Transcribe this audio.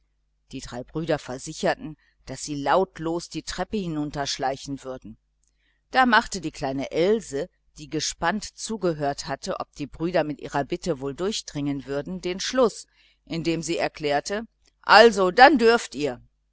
die drei brüder versicherten daß sie lautlos die treppe hinunterschleichen würden da machte die kleine else die gespannt zugehört hatte ob die brüder mit ihrer bitte wohl durchdringen würden den schluß indem sie erklärte also dann dürft ihr